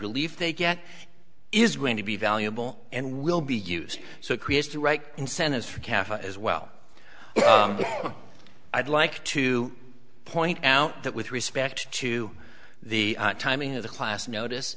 relief they get is going to be valuable and will be used so it creates the right incentives for cafe as well i'd like to point out that with respect to the timing of the class notice